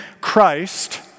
Christ